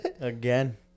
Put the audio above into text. again